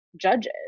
judges